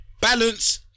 balance